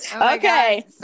okay